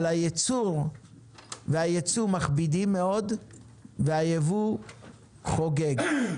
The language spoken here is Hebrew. על הייצור והייצוא מכבידים מאוד והייבוא "חוגג".